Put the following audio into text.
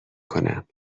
کنم